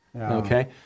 Okay